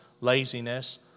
laziness